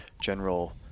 general